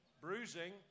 Bruising